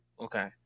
Okay